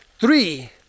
three